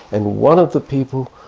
and one of the people,